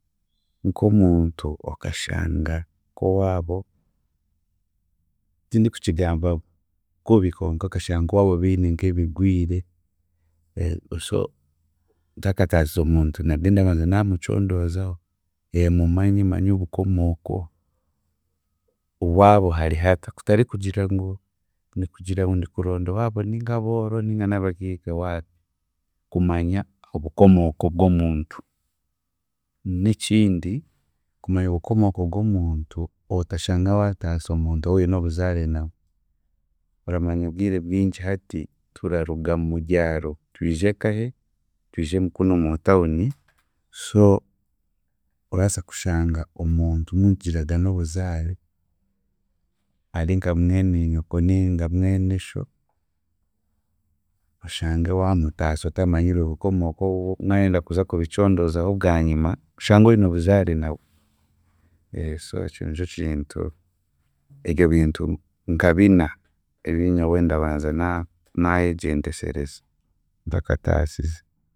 Nk'omuntu, okashanga owaabo tindikukigamba kubi konka okashanga nk'owaabo baine nk'ebigwire, e- oso- ntakataasize omuntu nandenda manze naamucondoozaho, mumanye manye n'obukomooko, owaabo hari hata kutari kugira ngu ndikuronda ngu owaabo ninkabooro ninga n'abagaiga waapi, kumanya obukomooko bw'omuntu. N'ekindi kumanya obukomooko bw'omuntu otashanga waataasa omuntu owoine obuzaare nawe. Oramanya bwire bwingi hati turaruga mu byaro twije nkahe, twije kunu omu town so oraasa kushanga omuntu mugiraga n'obuzaare ari nka mwene nyoko ninga mwene sho, oshange waamutaasa otamanyire obukomooko bwo mwayenda kuza kubicondoozaho bwanyima, oshange oine obuzaare nawe so ekyo nikyo kintu, ebyo bintu nka bina ebi nyowe ndabanza na- naayegyendesereza ntakataasize